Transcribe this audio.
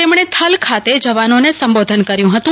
તેમણે થલ ખાતે જવાનોને સંબોધન કર્યું હતું